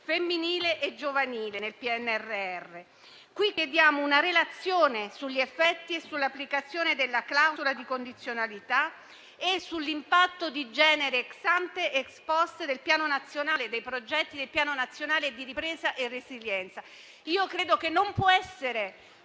femminile e giovanile nel PNRR. Chiediamo quindi una relazione sugli effetti e sull'applicazione della clausola di condizionalità e sull'impatto di genere *ex ante* ed *ex post* dei progetti del Piano nazionale di ripresa e resilienza. Io credo che non possa essere